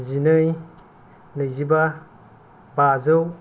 जिनै नैजिबा बाजौ